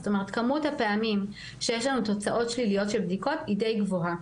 זאת אומרת כמות הפעמים שיש לנו תוצאות שליליות של בדיקות היא די גבוהה,